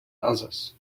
others